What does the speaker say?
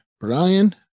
Brian